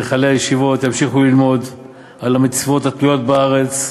בהיכלי הישיבות ימשיכו ללמוד על המצוות התלויות בארץ,